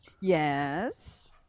Yes